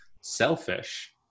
selfish